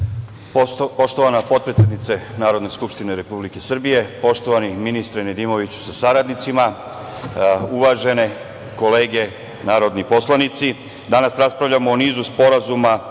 Poštovana potpredsednice Narodne skupštine Republike Srbije, poštovani ministre Nedimoviću sa saradnicima, uvažene kolege narodni poslanici. Danas raspravljamo o nizu sporazuma